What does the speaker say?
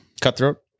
Cutthroat